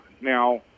Now